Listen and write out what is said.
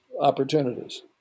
opportunities